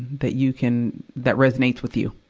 that you can, that resonates with you.